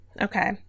Okay